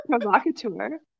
Provocateur